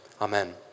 Amen